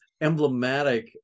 emblematic